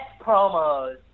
promos